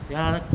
给她的